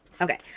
okay